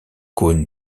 cône